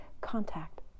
contact